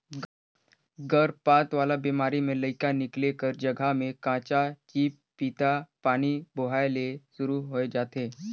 गरभपात वाला बेमारी में लइका निकले कर जघा में कंचा चिपपिता पानी बोहाए ले सुरु होय जाथे